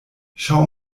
schau